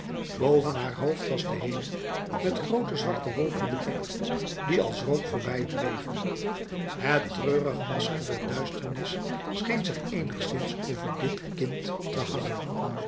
boven haar hoofd was de hemel met groote zwarte wolken bedekt die als rook voorbijdreven het treurig masker der duisternis scheen zich eenigszins over dit kind te hangen